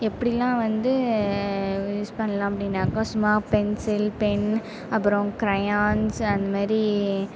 எப்படிலாம் வந்து யூஸ் பண்ணலாம் அப்படினாக்கா சும்மா பென்சில் பென் அப்புறம் க்ரையான்ஸ் அந்த மாதிரி